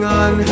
on